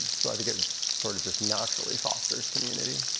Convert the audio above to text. so i think it sort of just naturally fosters community.